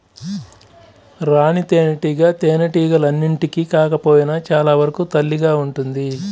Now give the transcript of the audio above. రాణి తేనెటీగ తేనెటీగలన్నింటికి కాకపోయినా చాలా వరకు తల్లిగా ఉంటుంది